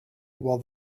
while